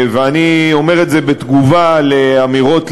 ואני אומר את זה בתגובה על אמירות,